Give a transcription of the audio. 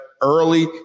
early